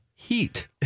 Heat